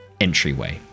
entryway